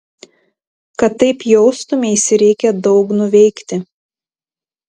kad taip jaustumeisi reikia daug nuveikti